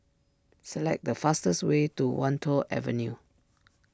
select the fastest way to Wan Tho Avenue